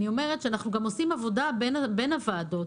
אנחנו עושים עבודה גם בין ישיבות הוועדה.